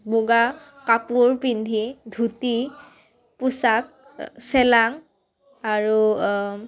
মুগা কাপোৰ পিন্ধি ধুতি পোচাক চেলাং আৰু